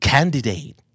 Candidate